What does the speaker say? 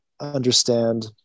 understand